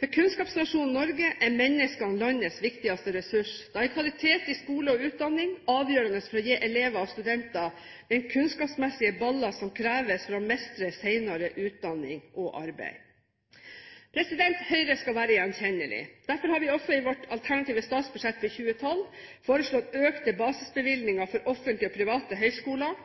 For kunnskapsnasjonen Norge er menneskene landets viktigste ressurs. Da er kvalitet i skole og utdanning avgjørende for å gi elever og studenter den kunnskapsmessige ballast som kreves for å mestre senere utdanning og arbeid. Høyre skal være gjenkjennelig. Derfor har vi i vårt alternative statsbudsjett for 2012 foreslått økte basisbevilgninger til offentlige og private høyskoler,